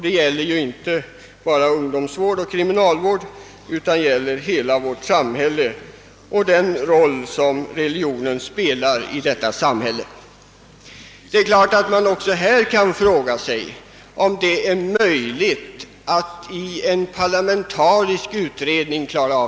Det gäller ju inte bara ungdomsoch kriminalvård utan hela vårt samhälle och den roll religionen spelar där. Det är klart att man kan fråga sig om det är möjligt att lösa dessa problem med en parlamentarisk utredning.